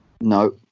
No